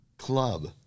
club